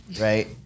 right